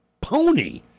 Pony